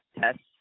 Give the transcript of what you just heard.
tests